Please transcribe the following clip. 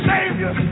Savior